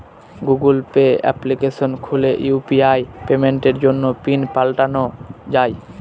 Google Pay application খুলে UPI পেমেন্টের জন্য পিন পাল্টানো যাই